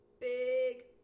Big